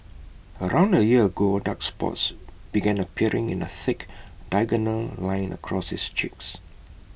around A year ago dark spots began appearing in A thick diagonal line across his cheeks